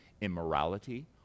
immorality